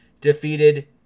defeated